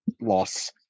loss